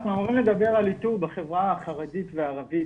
אנחנו אמורים לדבר על איתור בחברה החרדית והערבית